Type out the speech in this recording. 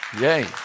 Yay